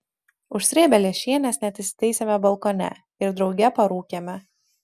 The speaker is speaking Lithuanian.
užsrėbę lęšienės net įsitaisėme balkone ir drauge parūkėme